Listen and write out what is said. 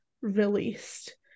released